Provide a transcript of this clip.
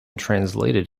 translated